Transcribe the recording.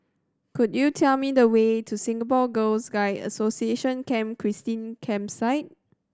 could you tell me the way to Singapore Girls Guide Association Camp Christine Campsite